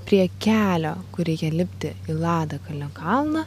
prie kelio kur reikia lipti į ladakalnio kalną